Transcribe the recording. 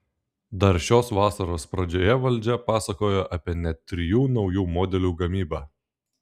dar šios vasaros pradžioje valdžia pasakojo apie net trijų naujų modelių gamybą